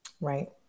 Right